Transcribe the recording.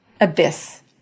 abyss